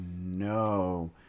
no